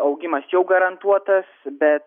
augimas jau garantuotas bet